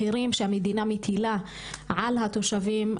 שהמדינה מטילה על התושבים,